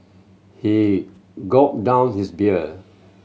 he gulped down his beer